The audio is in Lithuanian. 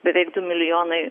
beveik du milijonai